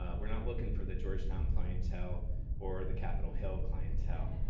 ah we're not looking for the georgetown clientele or the capitol hill clientele.